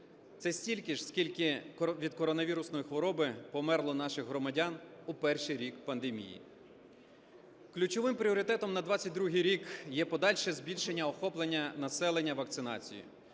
це стільки ж, скільки від коронавірусної хвороби померло наших громадян у перший рік пандемії. Ключовим пріоритетом на 2022 рік є подальше збільшення охоплення населення вакцинацією,